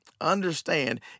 understand